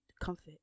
comfort